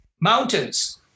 mountains